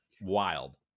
wild